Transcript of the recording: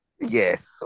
Yes